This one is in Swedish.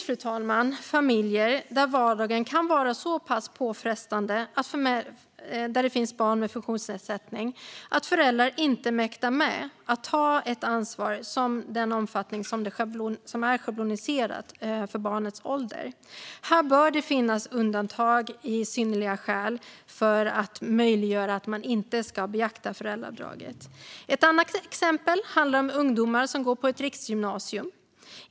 Det finns familjer där det finns barn med funktionsnedsättning där vardagen kan vara så pass påfrestande att föräldrar inte mäktar med att ta ansvar i den omfattning som är schabloniserad för barnets ålder. Här bör det finnas möjlighet att göra undantag om det finns synnerliga skäl för att möjliggöra att man inte ska beakta föräldraavdraget. Ett annat exempel handlar om ungdomar som går på ett riksgymnasium.